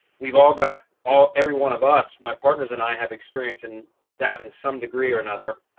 we've all got all every one of us, my partners, and i have experience in that in some degree or another.